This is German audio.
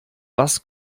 was